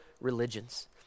religions